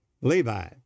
Levi